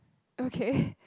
okay